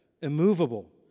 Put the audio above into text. immovable